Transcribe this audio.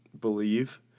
believe